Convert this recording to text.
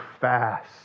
fast